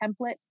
template